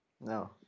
No